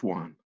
one